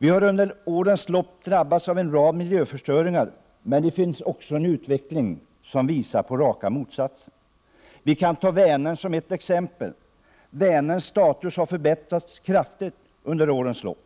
Vi har under årens lopp drabbats av en rad miljöförstöringar, men det finns också en utveckling som visar på motsatsen. Vi kan ta Vänern som ett exempel. Vänerns status har förbättrats kraftigt under årens lopp.